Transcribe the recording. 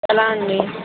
ఎలా అండి